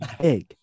big